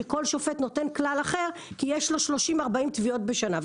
שכל שופט נותן כלל אחר כי יש לו 40-30 תביעות בשנה.